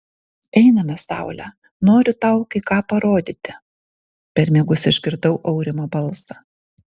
einame saule noriu tau kai ką parodyti per miegus išgirdau aurimo balsą